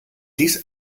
dies